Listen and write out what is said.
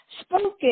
spoken